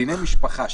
בדיני משפחה,